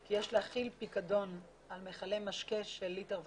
כי יש להחיל פיקדון על מכלי משקה של ליטר וחצי.